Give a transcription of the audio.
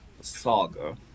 saga